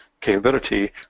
capability